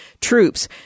troops